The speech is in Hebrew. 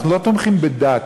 אנחנו לא תומכים בדת.